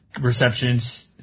receptions